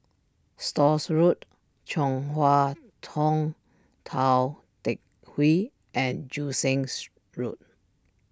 Stores Road Chong Hua Tong Tou Teck Hwee and Joo since Road